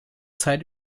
zeit